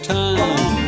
time